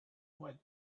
what